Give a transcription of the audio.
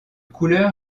couleur